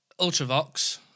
Ultravox